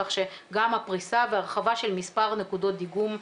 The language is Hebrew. כך שגם הפריסה והרחבה של מספר נקודות הדיגום,